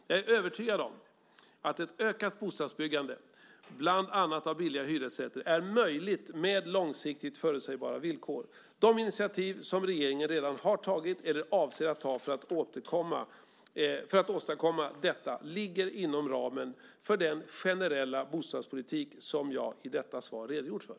Jag är övertygad om att ett ökat bostadsbyggande, bland annat av billiga hyresrätter, är möjligt med långsiktigt förutsägbara villkor. De initiativ som regeringen redan har tagit eller avser att ta för att åstadkomma detta ligger inom ramen för den generella bostadspolitik som jag i detta svar redogjort för.